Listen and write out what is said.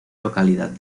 localidad